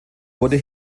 wurde